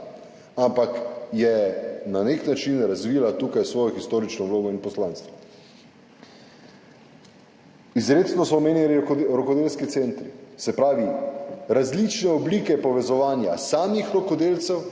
ampak je na nek način razvila tukaj svojo historično vlogo in poslanstvo. Izrecno so omenjeni rokodelski centri, se pravi različne oblike povezovanja samih rokodelcev,